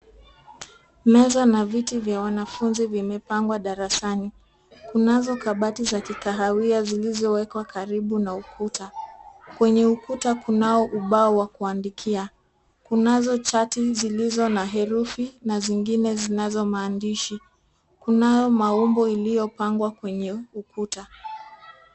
Meza na viti vya wanafunzi vimepangwa darasani. Kunazo kabati za kikahawia zilizowekwa karibu na ukuta. Kwenye ukuta, kunao ubao wa kuandikia. Kunazo chati zilizo na herufi na zingine zinazo maandishi. Kunao maumbo iliyopangwa kwenye ukuta.